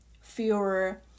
fewer